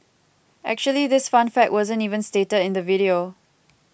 actually this fun fact wasn't even stated in the video